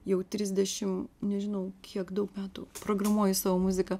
jau trisdešimt nežinau kiek daug metų programuou savo muziką